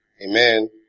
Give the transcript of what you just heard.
Amen